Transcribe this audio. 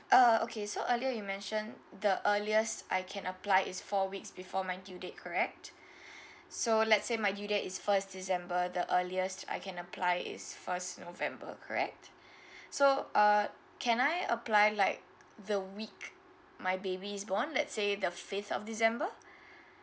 uh okay so earlier you mentioned the earliest I can apply is four weeks before my due date correct so let's say my due date is first december the earliest I can apply is first november correct so uh can I apply like the week my baby is born let's say the fifth of december